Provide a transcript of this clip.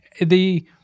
The-